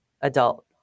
adult